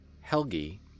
Helgi